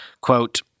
Quote